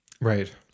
Right